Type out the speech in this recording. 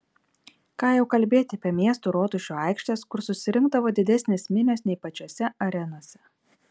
ką jau kalbėti apie miestų rotušių aikštes kur susirinkdavo didesnės minios nei pačiose arenose